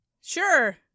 Sure